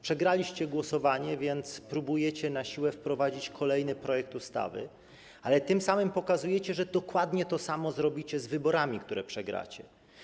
Przegraliście głosowanie, więc próbujecie na siłę wprowadzić kolejny projekt ustawy, ale tym samym pokazujecie, że dokładnie to samo zrobicie z wyborami, które przegracie.